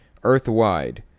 earthwide